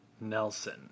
Nelson